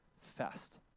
fast